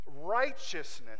righteousness